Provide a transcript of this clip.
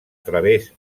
través